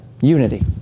Unity